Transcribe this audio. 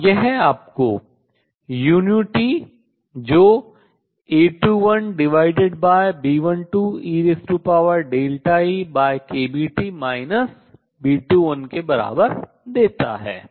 और यह आपको uT जो A21B12eEkBT B21 के बराबर है देता है